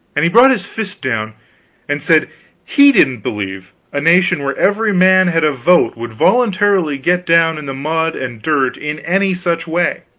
and he brought his fist down and said he didn't believe a nation where every man had a vote would voluntarily get down in the mud and dirt in any such way